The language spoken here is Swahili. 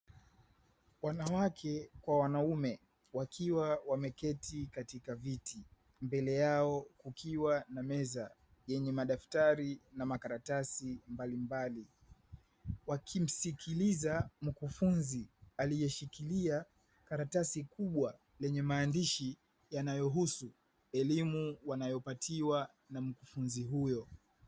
Wanawake kwa wanaume wakiwa wameketi katika viti mbele yao kukiwa na makaratasi mbalimbali, wakimsikiliza mkufunzi aliyeshikilia karatasi kubwa lenye maandishi kuhusu elimu wanayopatiwa na mkufunzi huyo.